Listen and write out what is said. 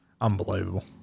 Unbelievable